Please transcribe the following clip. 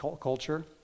culture